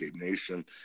Nation